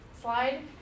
slide